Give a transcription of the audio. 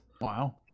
Wow